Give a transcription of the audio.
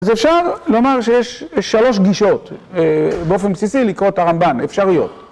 אז אפשר לומר שיש שלוש גישות באופן בסיסי לקרוא את הרמב״ן, אפשריות.